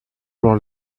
roll